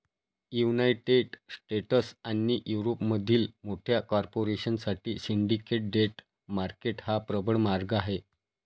United States आणि युरोपमधील मोठ्या कॉर्पोरेशन साठी सिंडिकेट डेट मार्केट हा प्रबळ मार्ग आहे